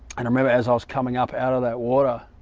i remember as i was coming up out of that water?